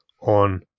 on